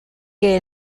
que